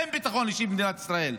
אין ביטחון אישי במדינת ישראל,